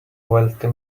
wealthy